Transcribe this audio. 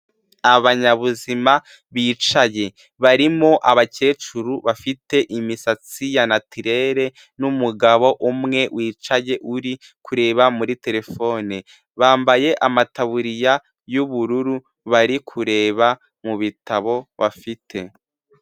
Abanyabuzima bicaye barimo abakecuru bafite imisatsi ya natirere n'umugabo umwe wicaye uri kureba muri terefone, bambaye amataburiya y'ubururu bari kureba mu bitabo bafite.